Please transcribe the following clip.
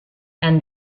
and